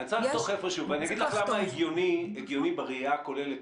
אני אגיד לך למה הגיוני בראייה הכוללת.